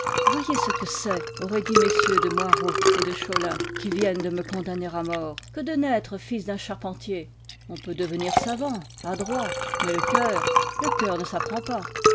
voyez ce que c'est auraient dit mm de moirod et de cholin qui viennent de me condamner à mort que de naître fils d'un charpentier on peut devenir savant adroit mais le coeur le coeur ne s'apprend pas